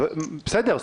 בסדר.